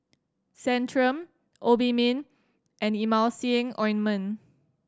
Centrum Obimin and Emulsying Ointment